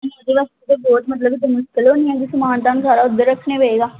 ਤਾਂ ਮਤਲਬ ਤਾਂ ਬਹੁਤ ਮਤਲਬ ਤੁਹਾਨੂੰ ਮੁਸ਼ਕਿਲ ਹੋਣੀ ਹੈ ਕਿਉਂਕਿ ਸਮਾਨ ਤੁਹਾਨੂੰ ਸਾਰਾ ਉੱਧਰ ਰੱਖਣਾ ਪਏਗਾ